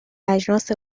اجناس